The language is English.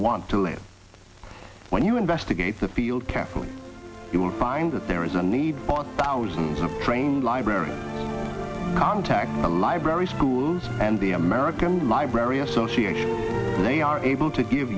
want to live when you investigate the field carefully you will find that there is a need for thousands of trained librarian contact the library schools and the american library association they are able to give